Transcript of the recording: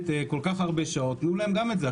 תנו להם גם את זה,